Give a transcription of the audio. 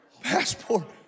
passport